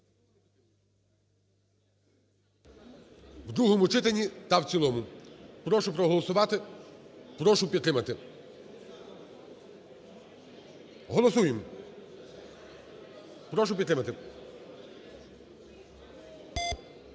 в другому читанні та в цілому. Прошу проголосувати, прошу підтримати, голосуємо, прошу підтримати.